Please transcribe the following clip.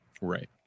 Right